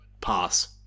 pass